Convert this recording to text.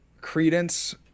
credence